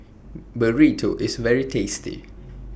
Burrito IS very tasty